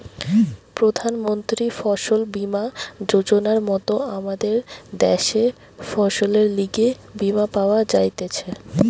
প্রধান মন্ত্রী ফসল বীমা যোজনার মত আমদের দ্যাশে ফসলের লিগে বীমা পাওয়া যাইতেছে